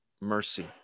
mercy